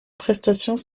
prestations